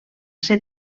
ser